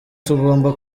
tugomba